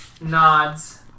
Nods